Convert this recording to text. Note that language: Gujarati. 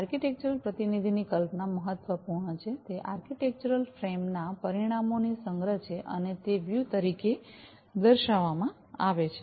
આર્કિટેક્ચરલ પ્રતિનિધિત્વની કલ્પના મહત્વપૂર્ણ છે તે આર્કિટેક્ચરલ ફ્રેમ ના પરિણામોનો સંગ્રહ છે અને તે વ્યૂ તરીકે દર્શાવવામાં આવે છે